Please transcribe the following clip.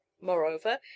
Moreover